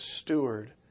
steward